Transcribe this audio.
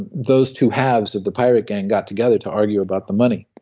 those two halves of the pirate gang got together to argue about the money,